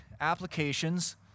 applications